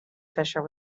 fissure